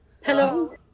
Hello